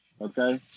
Okay